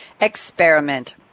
experiment